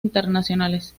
internacionales